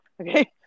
Okay